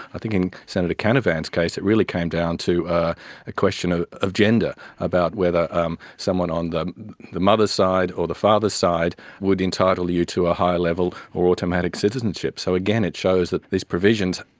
i think in senator canavan's case it really came down to a ah question ah of gender, about whether um someone on the the mother's side or the father's side would entitle you to a higher level or automatic citizenship. so again, it shows that these provisions,